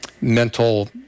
mental